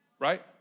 Right